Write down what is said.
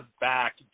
back